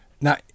now